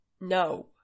No